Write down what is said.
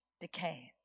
decay